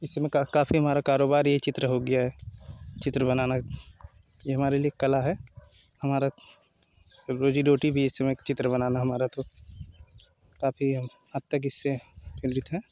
इस समय काफ़ी हमारा कारोबार हमारा ये चित्र हो गया है चित्र बनाना ये हमारे लिए कला है हमारा रोजी रोटी भी है इस समय चित्र बनाना तो काफ़ी हद तक इससे प्रेरित हैं